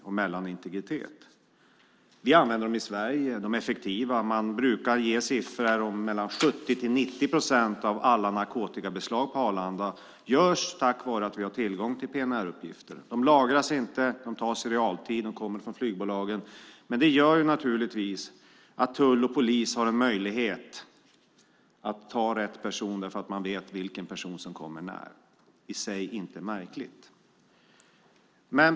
Vi använder uppgifterna i Sverige. De är effektiva; man brukar säga att ungefär 70-90 procent av alla narkotikabeslag på Arlanda görs tack vare att vi har tillgång till PNR-uppgifter. De lagras inte utan tas i realtid. De kommer från flygbolagen. Det gör naturligtvis att tull och polis har möjlighet att ta rätt personer, eftersom man vet vilken person som kommer när. Det är i sig inte märkligt.